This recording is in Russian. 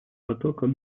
потоков